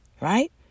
Right